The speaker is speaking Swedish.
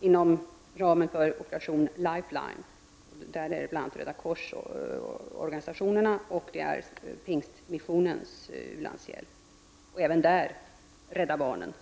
inom ramen för operation Lifeline som innefattar bl.a. Röda kors-organisationerna, Pingstmissionens u-landshjälp och även Rädda barnen.